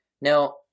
Now